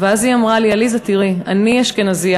ואז היא אמרה לי: עליזה, תראי, אני אשכנזייה.